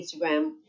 Instagram